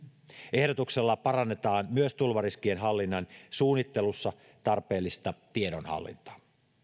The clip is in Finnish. ehdotuksella parannetaan myös tulvariskien hallinnan suunnittelussa tarpeellista tiedonhallintaa